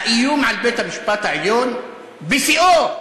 האיום על בית-המשפט העליון בשיאו.